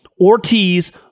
Ortiz